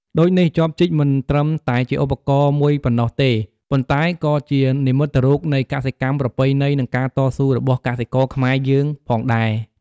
ដូចនេះ ចបជីកមិនត្រឹមតែជាឧបករណ៍មួយប៉ុណ្ណោះទេ ប៉ុន្តែក៏ជា និមិត្តរូបនៃកសិកម្មប្រពៃណី និងការតស៊ូរបស់កសិករខ្មែរយើងផងដែរ។